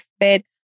fit